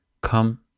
come